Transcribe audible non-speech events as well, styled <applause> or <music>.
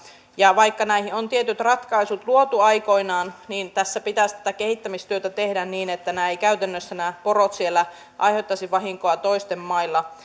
vaikka näihin on tietyt ratkaisut luotu aikoinaan niin pitäisi tätä kehittämistyötä tehdä niin että nämä porot eivät käytännössä siellä aiheuttaisi vahinkoa toisten mailla <unintelligible>